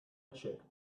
checked